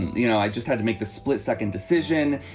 you know, i just had to make the split second decision.